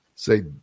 say